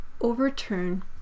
overturn